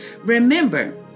remember